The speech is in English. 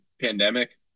pandemic